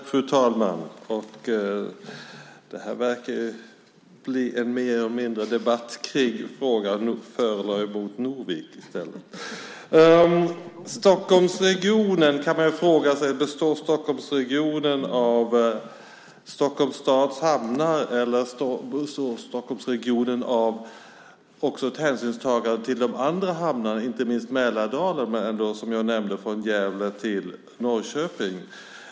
Fru talman! Det här verkar mer eller mindre bli en debatt kring frågan för eller mot Norvik i stället. Man kan fråga sig om Stockholmsregionen består av Stockholms stads hamnar, eller finns i Stockholmsregionen också ett hänsynstagande till de andra hamnarna, inte minst Mälardalen, som jag nämnde från Gävle till Norrköping.